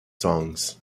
songs